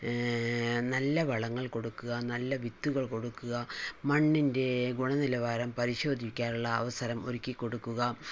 നല്ല വളങ്ങൾ കൊടുക്കുക നല്ല വിത്തുകൾ കൊടുക്കുക മണ്ണിൻ്റെ ഗുണനിലവാരം പരിശോധിക്കാനുള്ള അവസരം ഒരുക്കിക്കൊടുക്കുക